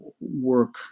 work